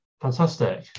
Fantastic